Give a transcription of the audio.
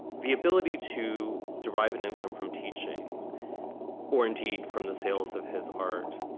the ability to derive an income from teaching or indeed from the sales of his art.